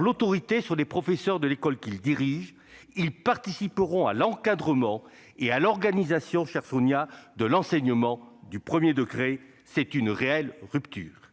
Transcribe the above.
l'autorité sur les professeurs de l'école qu'ils dirigent. Ils participeront à l'encadrement et à l'organisation de l'enseignement du premier degré. C'est une réelle rupture